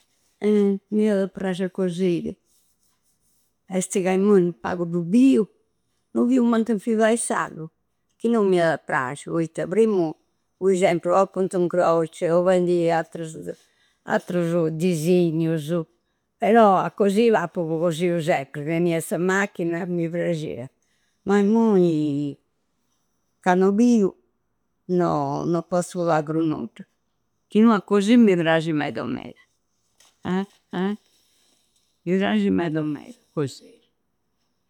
Eh! Mi ada prsci a cosiri esti ca a immoi pagu du biu. No biu mancu a infibai s'agu chi no mi ada a prasci poitta primu fui sempri, o in punto croce, o fendi atrras, attrusu disignusu. Però a così, appu cosiu sempri. Tenia sa macchina, mi prsciada. Ma immoi, ca no biu, no no pozzu fai pru nudda. Chi no, a così mi prasci meda, meda. Ah! Ah! Mi prasci meda, meda, cosiri.